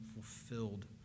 fulfilled